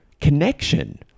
connection